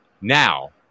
Now